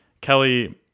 Kelly